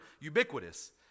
ubiquitous